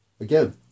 Again